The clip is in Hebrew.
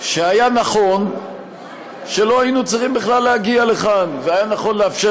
שהיה נכון שלא היינו צריכים בכלל להגיע לכאן והיה נכון לאפשר